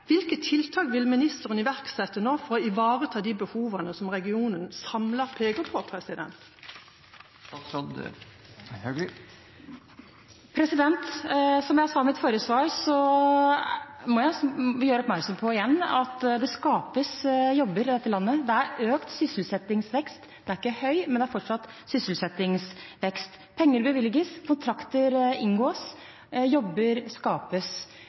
Hvilke tiltak vil ministeren nå iverksette for å ivareta de behovene som regionen samlet peker på? Jeg sa i mitt forrige svar og må igjen gjøre oppmerksom på at det skapes jobber i dette landet. Det er økt sysselsettingsvekst – den er ikke høy, men det er fortsatt sysselsettingsvekst. Penger bevilges, kontrakter inngås, og jobber skapes.